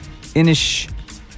Inish